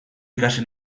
ikasi